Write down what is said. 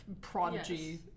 prodigy